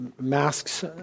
masks